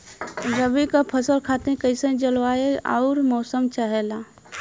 रबी क फसल खातिर कइसन जलवाय अउर मौसम चाहेला?